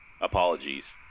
Apologies